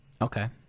Okay